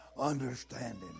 understanding